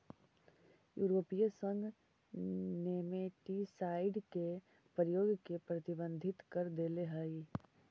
यूरोपीय संघ नेमेटीसाइड के प्रयोग के प्रतिबंधित कर देले हई